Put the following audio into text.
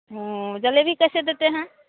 ज़लेबी कैसे देते हैं